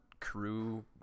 crew